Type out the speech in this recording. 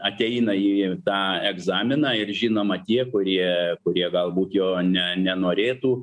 ateina į tą egzaminą ir žinoma tie kurie kurie galbūt jo ne nenorėtų